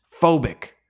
phobic